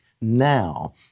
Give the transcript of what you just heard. now